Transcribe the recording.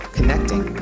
Connecting